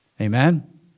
Amen